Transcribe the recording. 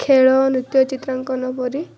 ଖେଳ ନୃତ୍ୟ ଚିତ୍ରାଙ୍କନ ପରି